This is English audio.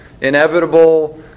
inevitable